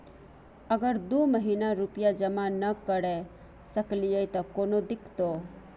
अगर दू महीना रुपिया जमा नय करे सकलियै त कोनो दिक्कतों?